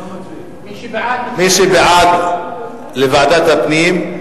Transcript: מי שבעד, לוועדת הפנים.